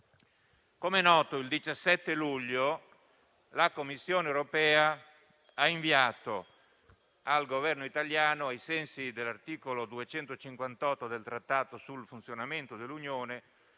come noto, il 17 luglio scorso la Commissione europea ha inviato al Governo italiano, ai sensi dell'articolo 258 del Trattato sul funzionamento dell'Unione